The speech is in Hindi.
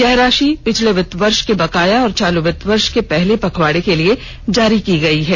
यह राशि पिछले वित्त वर्ष के बकाया और चालू वित्त वर्ष के पहले पखवाड़े के लिए जारी की गई है